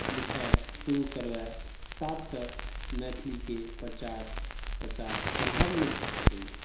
लिखायब शुरू करबायत तब तक मैथिलीके प्रचार प्रसार सम्भव नहि भए सकैया